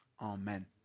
Amen